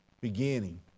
beginning